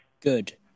Good